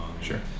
Sure